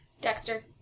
Dexter